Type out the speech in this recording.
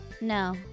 No